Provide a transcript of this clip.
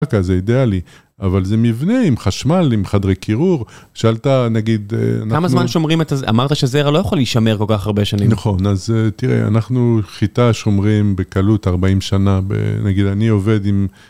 זה אידיאלי, אבל זה מבנה עם חשמל, עם חדרי קירור, שאלת, נגיד, אנחנו... כמה זמן שומרים את זה? אמרת שזהרה לא יכולה לשמר כל כך הרבה שנים. נכון, אז תראה, אנחנו חיטה שומרים בקלות 40 שנה, נגיד, אני עובד עם...